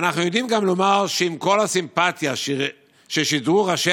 ואנחנו יודעים גם לומר שעם כל הסימפתיה ששידרו ראשי